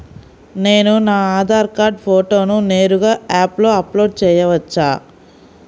నేను నా ఆధార్ కార్డ్ ఫోటోను నేరుగా యాప్లో అప్లోడ్ చేయవచ్చా?